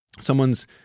someone's